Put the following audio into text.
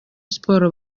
sports